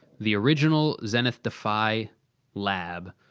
the original zenith defy lab,